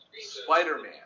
Spider-Man